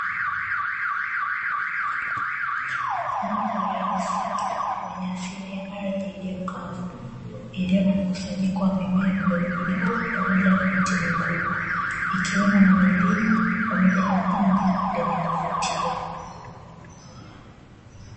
Mandhari ya msitu wenye asili ya ardhi iliyo kavu iliyo na mkusanyiko wa mimea midogo midogo, pamoja na miti mikubwa ikiwemo na milima pamoja na anga lenye kuvutia.